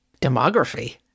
Demography